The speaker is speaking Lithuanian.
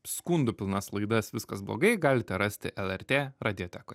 skundų pilnas laidas viskas blogai galite rasti lrt radiotekoj